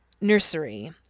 nursery